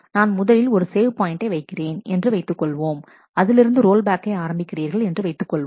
நான் முதலில் ஒரு சேவ் பாயிண்டை வைக்கிறேன் என்று வைத்துக் கொள்வோம் அதிலிருந்து ரோல்பேக்கை ஆரம்பிக்கிறீர்கள் என்று வைத்துக் கொள்வோம்